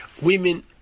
women